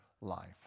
life